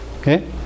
Okay